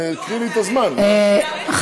קחי לי את הזמן, תוסיפי לי שתי דקות.